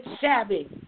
shabby